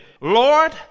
Lord